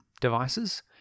devices